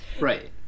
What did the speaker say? right